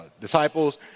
disciples